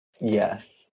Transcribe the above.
Yes